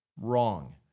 Wrong